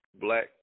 black